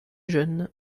jeunes